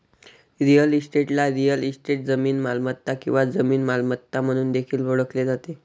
real इस्टेटला real estate, जमीन मालमत्ता किंवा जमीन मालमत्ता म्हणून देखील ओळखले जाते